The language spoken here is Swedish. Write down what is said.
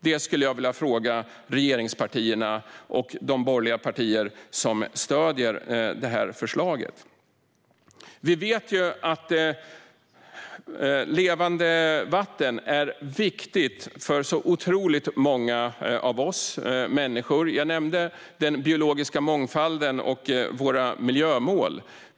Det skulle jag vilja fråga regeringspartierna och de borgerliga partier som stöder detta förslag. Vi vet ju att levande vatten är viktigt för otroligt många av oss människor. Jag nämnde den biologiska mångfalden och våra miljömål.